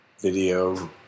video